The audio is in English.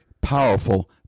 powerful